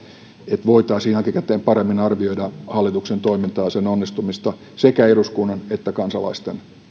että voitaisiin jälkikäteen paremmin arvioida hallituksen toimintaa sen onnistumista sekä eduskunnan että kansalaisten